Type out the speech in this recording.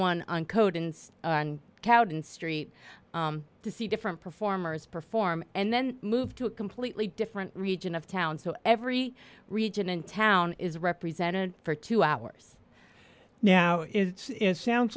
code and on cowden street to see different performers perform and then move to a completely different region of town so every region in town is represented for two hours now it's sounds